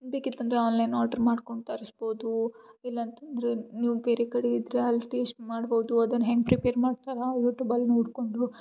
ಬೇಕಿತ್ತಂದ್ರೆ online order ಮಾಡ್ಕೊಂಡು ತರ್ಸ್ಬೌದು ಇಲ್ಲಾಂತಂದರೆ ನೀವು ಬೇರೆ ಕಡೆ ಇದ್ರೆ ಅಲ್ಲಿ ಟೇಸ್ಟ್ ಮಾಡ್ಬೌದು ಅದನ್ನು ಹೆಂಗೆ ಪ್ರಿಪೇರ್ ಮಾಡ್ತಾರೆ ಯೂಟ್ಯೂಬ್ ಅಲ್ಲಿ ನೋಡ್ಕೊಂಡು